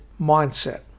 mindset